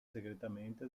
segretamente